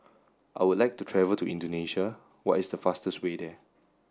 I would like to travel to Indonesia what is the fastest way there